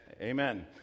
amen